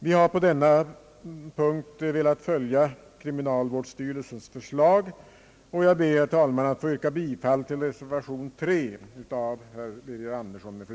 Vi har på denna punkt velat följa kriminalvårdsstyrelsens förslag, och jag ber, herr talman, att få yrka bifall till reservationen av herr Axel Andersson ni fl;